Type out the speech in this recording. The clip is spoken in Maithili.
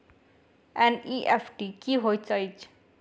एन.ई.एफ.टी की होइत अछि?